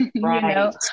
Right